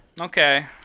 Okay